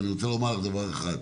ואני רוצה לומר דבר אחד,